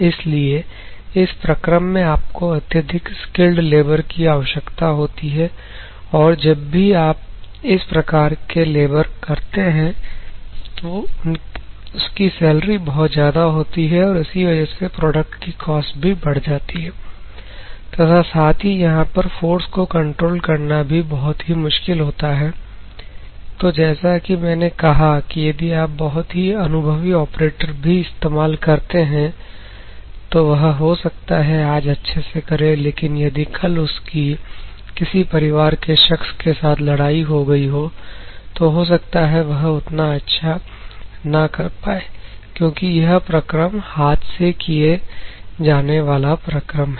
इसलिए इस प्रक्रम में आपको अत्यधिक स्किल्ड लेबर की आवश्यकता होती है और जब भी आप इस प्रकार के लेबर करते हैं तो उसकी सैलरी बहुत ज्यादा होती है और इसी वजह से प्रोडक्ट की कॉस्ट भी बढ़ जाती है तथा साथ ही यहां पर फोर्स को कंट्रोल करना भी बहुत ही मुश्किल होता है तो जैसा कि मैंने कहा कि यदि आप बहुत ही अनुभवी ऑपरेटर भी इस्तेमाल करते हैं तो वह हो सकता है आज अच्छे से करें लेकिन यदि कल उसकी किसी परिवार के शख्स के साथ लड़ाई हो गई हो तो हो सकता है वह उतना अच्छा ना कर पाए क्योंकि यह प्रक्रम हाथ से किए जाने वाला प्रक्रम है